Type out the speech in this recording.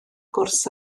gwrs